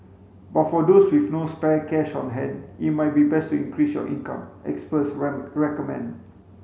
but for those with no spare cash on hand it might be best to increase your income experts recommend